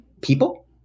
people